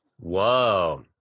whoa